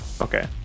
Okay